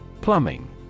Plumbing